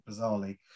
bizarrely